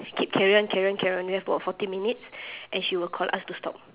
keep carry on carry on carry on we have about forty minutes and she will call us to stop